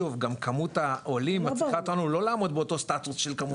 כמות העולים גורמת לא לעמוד באותו סטטוס של כמות מורים,